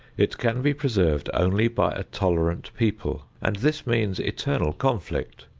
it can be preserved only by a tolerant people, and this means eternal conflict.